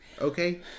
okay